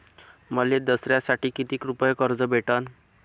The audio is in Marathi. मले दसऱ्यासाठी कितीक रुपये कर्ज भेटन?